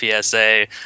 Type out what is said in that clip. PSA